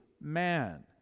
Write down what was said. man